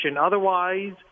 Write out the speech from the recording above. Otherwise